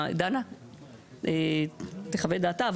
דנה תחווה את דעתה,